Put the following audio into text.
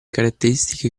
caratteristiche